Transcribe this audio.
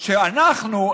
שאנחנו,